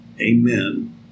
amen